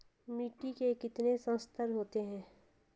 मिट्टी के कितने संस्तर होते हैं?